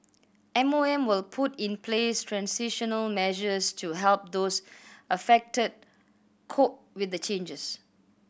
M O M will put in place transitional measures to help those affected cope with the changes